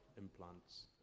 implants